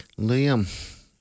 Liam